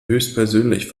höchstpersönlich